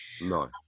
no